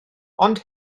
ond